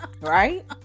Right